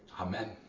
Amen